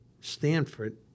Stanford